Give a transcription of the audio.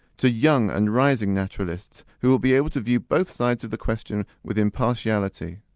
to young and rising naturalists who will be able to view both sides of the question with impartiality.